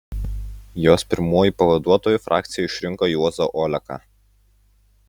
jos pirmuoju pavaduotoju frakcija išrinko juozą oleką